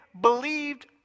believed